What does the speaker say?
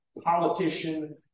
politician